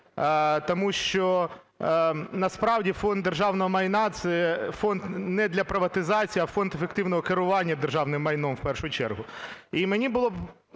тому що, насправді, Фонд державного майна – це Фонд не для приватизації, а Фонд ефективного керування державним майном в першу чергу.